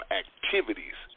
activities